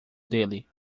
dele